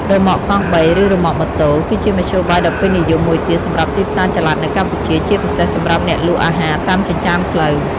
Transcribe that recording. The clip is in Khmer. រ៉ឺម៉កកង់បី ឬ រ៉ឺម៉កម៉ូតូ គឺជាមធ្យោបាយដ៏ពេញនិយមមួយទៀតសម្រាប់ទីផ្សារចល័តនៅកម្ពុជា ជាពិសេសសម្រាប់អ្នកលក់អាហារតាមចិញ្ចើមផ្លូវ។